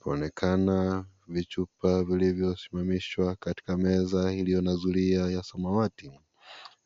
Kunaonekana vichupa viliyosimamishwa katika meza iliyo na zuria ya samawati